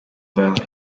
valley